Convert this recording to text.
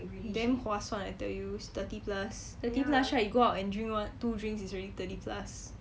damn 划算 I tell you thirty plus thirty plus right you go out drink two drink already thirty plus